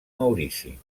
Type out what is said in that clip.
maurici